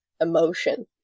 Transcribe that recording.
emotion